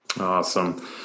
Awesome